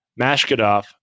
mashkadov